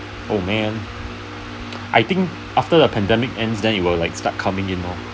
oh man I think after the pandemic ends then it will like start coming in lor